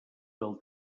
del